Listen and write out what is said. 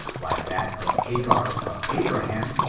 like that of hagar from abraham,